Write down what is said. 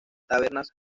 tabernas